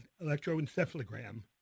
electroencephalogram